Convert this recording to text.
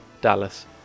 Dallas